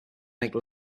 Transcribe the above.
make